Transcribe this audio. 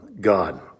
God